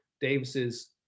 Davis's